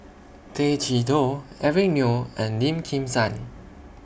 Tay Chee Toh Eric Neo and Lim Kim San